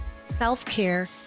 self-care